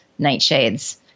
nightshades